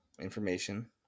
information